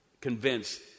convinced